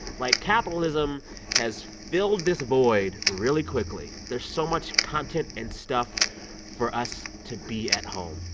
like, capitalism has filled this void really quickly. there's so much content and stuff for us to be at home.